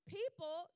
people